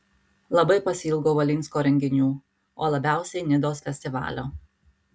labai pasiilgau valinsko renginių o labiausiai nidos festivalio